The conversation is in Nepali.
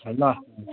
ल